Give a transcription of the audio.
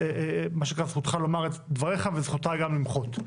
זכותך לומר את דבריך וזכותה גם למחות.